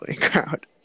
crowd